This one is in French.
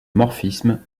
morphisme